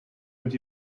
mit